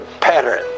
pattern